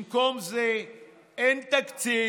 במקום זה אין תקציב,